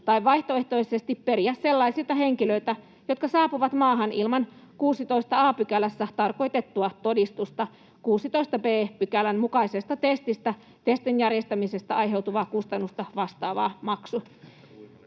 tai vaihtoehtoisesti periä sellaisilta henkilöiltä, jotka saapuvat maahan ilman 16 a §:ssä tarkoitettua todistusta,16 b §:n mukaisesta testistä testin järjestämisestä aiheutuvaa kustannusta vastaava maksu.”